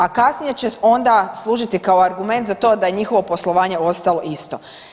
A kasnije je onda služiti kao argument za to da je njihovo poslovanje ostalo isto.